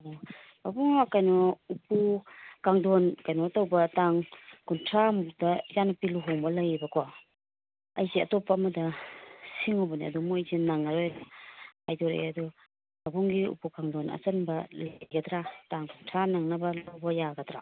ꯑꯣ ꯄꯥꯕꯨꯡ ꯀꯩꯅꯣ ꯎꯄꯨ ꯀꯥꯡꯗꯣꯟ ꯀꯩꯅꯣ ꯇꯧꯕ ꯇꯥꯡ ꯀꯨꯟꯊ꯭ꯔꯥ ꯃꯨꯛꯇ ꯏꯆꯥ ꯅꯨꯄꯤ ꯂꯨꯍꯣꯡꯕ ꯂꯩꯌꯦꯕꯀꯣ ꯑꯩꯁꯦ ꯑꯇꯣꯞꯄ ꯑꯃꯗ ꯁꯤꯡꯎꯕꯅꯦ ꯑꯗꯨ ꯃꯣꯏꯁꯦ ꯅꯪꯉꯔꯣꯏ ꯍꯥꯏꯗꯣꯔꯛꯑꯦ ꯑꯗꯨ ꯄꯥꯕꯨꯡꯒꯤ ꯎꯄꯨ ꯀꯥꯡꯗꯣꯟ ꯑꯆꯟꯕ ꯂꯩꯒꯗ꯭ꯔꯥ ꯇꯥꯡ ꯀꯨꯟꯊ꯭ꯔꯥ ꯅꯪꯅꯕ ꯂꯧꯕ ꯌꯥꯒꯗ꯭ꯔꯣ